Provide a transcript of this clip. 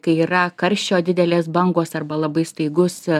kai yra karščio didelės bangos arba labai staigus